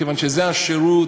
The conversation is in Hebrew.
כיוון שזה השירות,